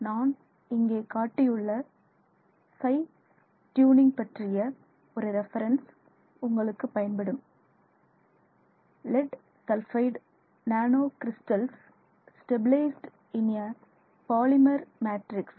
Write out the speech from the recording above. நான் இங்கே காட்டியுள்ள சைஸ் ட்யூனிங் பற்றிய ஒரு ரெபரென்ஸ் உங்களுக்கு பயன்படும் "lead sulphide nano crystals stabilised in a polymer matrix "